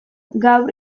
gaur